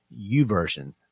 uversion